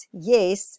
yes